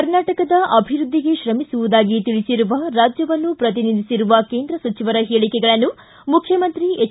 ಕರ್ನಾಟಕದ ಅಭಿವೃದ್ಧಿಗೆ ತ್ರಮಿಸುವುದಾಗಿ ತಿಳಿಸಿರುವ ರಾಜ್ಯವನ್ನು ಪ್ರತಿನಿಧಿಸಿರುವ ಕೇಂದ್ರ ಸಚಿವರ ಹೇಳಿಕೆಗಳನ್ನು ಮುಖ್ಯಮಂತ್ರಿ ಎಚ್